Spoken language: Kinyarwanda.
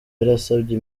yarasabye